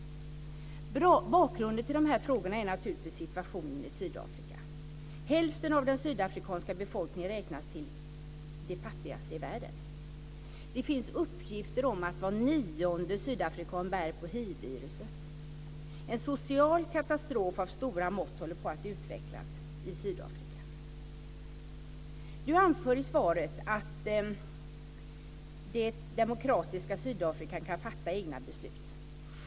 Bakgrunden till de här frågorna är naturligtvis situationen i Sydafrika. Hälften av den sydafrikanska befolkningen räknas till de fattigaste i världen. Det finns uppgifter om att var nionde sydafrikan bär på hiv. En social katastrof av stora mått håller på att utvecklas i Sydafrika. Leif Pagrotsky anför i svaret att det demokratiska Sydafrika kan fatta egna beslut.